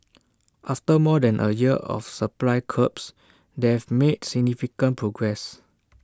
after more than A year of supply curbs they've made significant progress